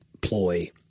ploy